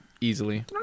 Easily